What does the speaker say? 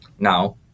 Now